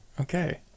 Okay